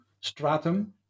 stratum